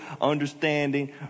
understanding